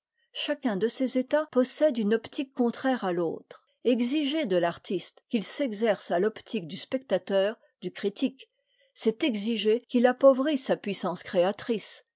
chacun de ces états possède une optique contraire à l'autre exiger de l'artiste qu'il s'exerce à l'optique du spectateur du critique c'est exiger qu'il appauvrisse sa puissance créatrice